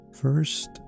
First